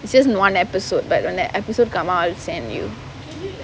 it's just one episode but when the episode come out I'll send you